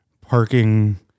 parking